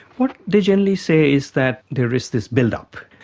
what they generally say is that there is this build-up.